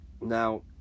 Now